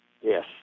Yes